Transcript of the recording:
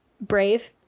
brave